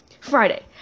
Friday